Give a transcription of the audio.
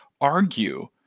argue